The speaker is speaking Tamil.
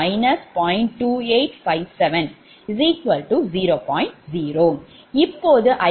0 இப்போது 𝑖1𝑗2 𝐼𝑓120